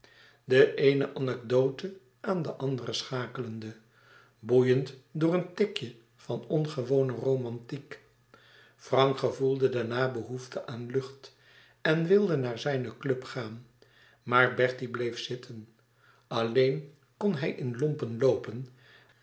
de eene anecdote aan de andere schakelde boeiend door een tikje van ongewonen romantiek frank gevoelde daarna behoefte aan lucht en wilde naar zijne club gaan maar bertie bleef zitten alléén kon hij in lompen loopen